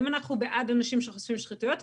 האם אנחנו בעד אנשים שחושפים שחיתויות,